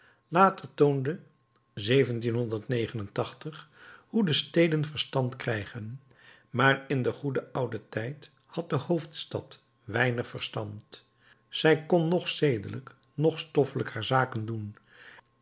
later toonde hoe de steden verstand krijgen maar in den goeden ouden tijd had de hoofdstad weinig verstand zij kon noch zedelijk noch stoffelijk haar zaken doen